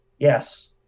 Yes